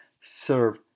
serve